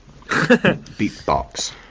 Beatbox